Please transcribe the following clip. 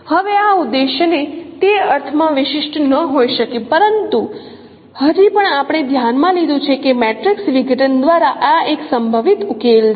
હવે આ ઉદ્દેશ તે અર્થ માં વિશિષ્ટ ન હોઈ શકે પરંતુ હજી પણ આપણે ધ્યાન માં લીધું છે કે મેટ્રિક્સ વિઘટન દ્વારા આ એક સંભવિત ઉકેલ છે